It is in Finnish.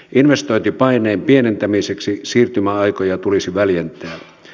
investointipaineen pienentämiseksi siirtymäaikoja tulisi väljentää